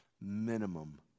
minimum